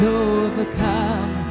overcome